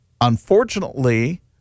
Unfortunately